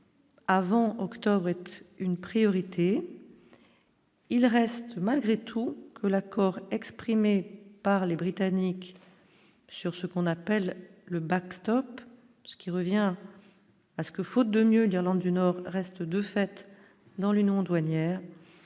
avant octobre une priorité, il reste malgré tout que l'accord exprimé par les Britanniques sur ce qu'on appelle le Back, Stop, ce qui revient à ce que, faute de mieux, l'Irlande du Nord reste de fait dans l'union douanière